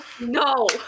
No